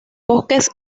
bosques